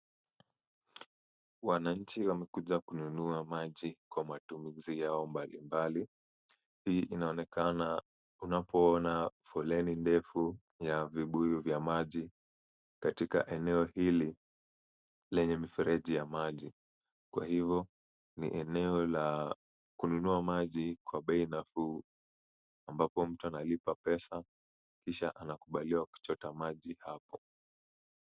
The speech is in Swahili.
Wananchi wamekuja kununua maji kwa matumizi yao mbalimbali. Hii inaonekana unapoona foleni ndefu ya vibuyu vya maji katika eneo hili lenye mifereji ya maji. Kwa hivo ni eneo la kununua maji kwa bei nafuu ambapo mtu analipa pesa kisha anakubaliwa kuchota maji hapo.